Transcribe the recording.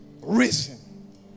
Risen